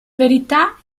verità